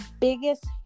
biggest